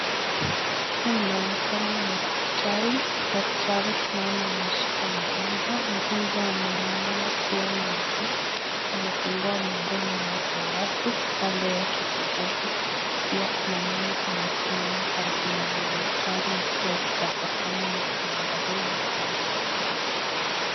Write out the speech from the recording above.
Hapa inaonekana ni hospitali. Daktari tunaona ameshika mgonjwa. Mgonjwa amelala kuona juu, amefungua mdomo wake wazi. Kando yake kidogo pia kuna mama amesimama karibu na huyu daktari akiwa akitabasamu na kumwangalia mgonjwa.